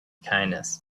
kindness